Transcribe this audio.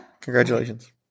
congratulations